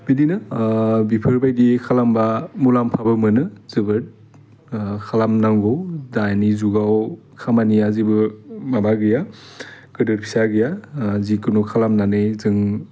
बिदिनो बिफोरबायदि खालामबा मुलाम्फाबो मोनो जोबोद खालामनांगौ दानि जुगाव खामानिया जेबो माबा गैया गोदोर फिसा गैया जिखुनु खालामनानै जों